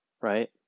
right